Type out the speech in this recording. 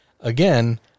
Again